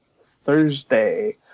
Thursday